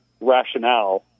rationale